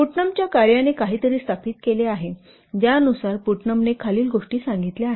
Putnam च्या कार्याने काहीतरी स्थापित केले आहे ज्यानुसार पुट्नम ने खालील गोष्टी सांगितल्या आहेत